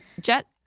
Jet